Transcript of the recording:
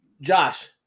Josh